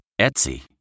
Etsy